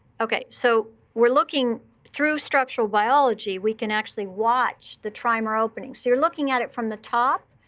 ok. so we're looking through structural biology, we can actually watch the trimer opening. so you're looking at it from the top.